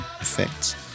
effects